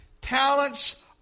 talents